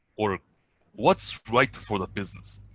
or what's right for the business.